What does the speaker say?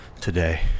today